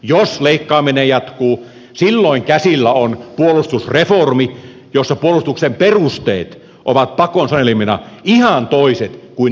jos leikkaaminen jatkuu silloin käsillä on puolustusreformi jossa puolustuksen perusteet ovat pakon sanelemina ihan toiset kuin ne nyt ovat